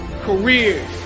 careers